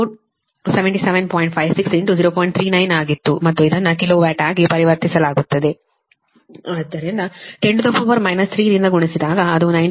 39 ಆಗಿತ್ತು ಮತ್ತು ಅದನ್ನು ಕಿಲೋ ವ್ಯಾಟ್ ಆಗಿ ಪರಿವರ್ತಿಸಲಾಗುತ್ತದೆ ಆದ್ದರಿಂದ 10 3 ರಿಂದ ಗುಣಿಸಿದಾಗ ಅದು 98